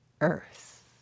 earth